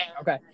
Okay